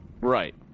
Right